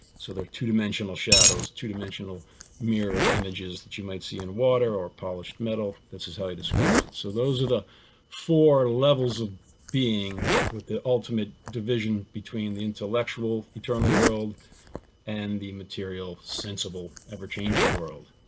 so there are two dimensional shadows, two dimensional mirror images that you might see in water or polished metal. this is how he describes it. so those are the four levels of being with the ultimate division between the intellectual eternal world and the material, sensible, ever changing world.